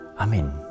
Amen